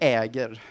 äger